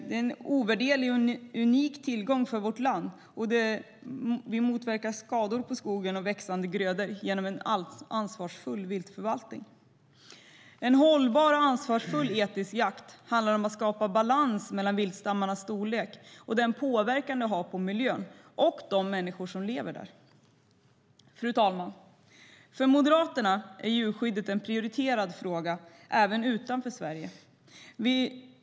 Den är en ovärderlig och unik tillgång för vårt land, och vi motverkar skador på skogen och växande grödor genom en ansvarsfull viltförvaltning. En hållbar, ansvarsfull och etisk jakt handlar om att skapa en balans mellan viltstammarnas storlek och den påverkan de har på miljön och de människor som lever där. Fru talman! För Moderaterna är djurskyddet en prioriterad fråga även utanför Sverige.